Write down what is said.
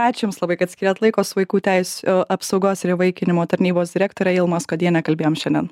ačiū jums labai kad skyrėt laiko su vaikų teisių apsaugos ir įvaikinimo tarnybos direktore ilma skuodiene kalbėjom šiandien